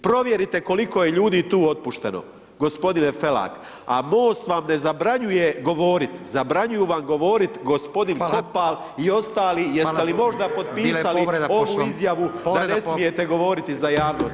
Provjerite koliko je ljudi tu otpušteno gospodine Felak, a MOST vam ne zabranjuje govorit, zabranjuju vam govorit gospodin Kopal [[Upadica: Hvala.]] i ostali, jeste li možda potpisali [[Upadica: Bila je povreda Poslovnika.]] onu izjavu da ne smijete govoriti za javnost.